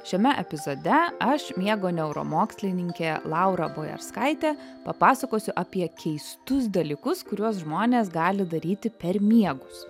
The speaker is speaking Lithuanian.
šiame epizode aš miego neuromokslininkė laura boerskaitė papasakosiu apie keistus dalykus kuriuos žmonės gali daryti per miegus